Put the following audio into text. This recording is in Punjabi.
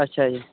ਅੱਛਾ ਜੀ